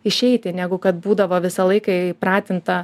išeiti negu kad būdavo visą laiką įpratinta